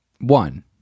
One